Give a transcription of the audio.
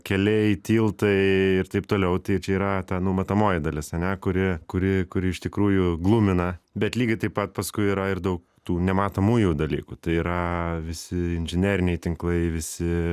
keliai tiltai ir taip toliau tai čia yra ta nu matomoji dalis ane kuri kuri kuri iš tikrųjų glumina bet lygiai taip pat paskui yra ir dau tų nematomųjų dalykų tai yra visi inžineriniai tinklai visi